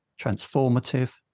transformative